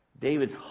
David's